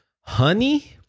honey